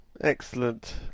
Excellent